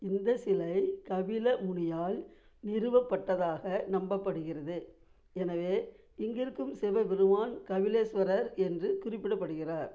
இந்த சிலை கபில முனியால் நிறுவப்பட்டதாக நம்பப்படுகிறது எனவே இங்கிருக்கும் சிவபெருமான் கபிலேஸ்வரர் என்று குறிப்பிடப்படுகிறார்